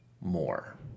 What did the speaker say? more